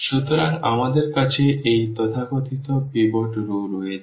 সুতরাং আমাদের কাছে এই তথাকথিত পিভট রও রয়েছে